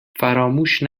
فراموش